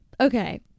Okay